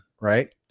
Right